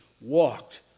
walked